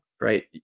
right